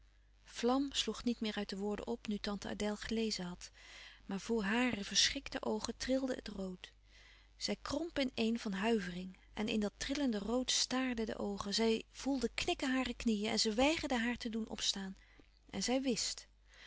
vlam sloeg niet meer uit de woorden op nu tante adèle gelezen had maar voor hare verschrikte oogen trilde het rood zij kromp in een van huivering en in dat trillende rood staarden de oogen zij voelde knikken hare knieën en ze weigerden haar te doen opstaan en zij